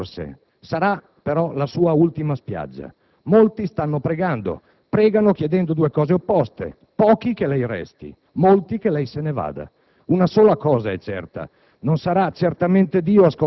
Se oggi lei otterrà la fiducia, sarà la sua ultima spiaggia. Molti stanno pregando; pregano chiedendo due cose opposte: pochi che lei resti, molti che lei se ne vada.